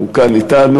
הוא כאן אתנו,